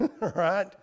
right